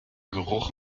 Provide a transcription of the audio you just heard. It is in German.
geruch